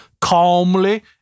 calmly